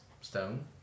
stone